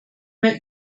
mehr